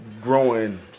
growing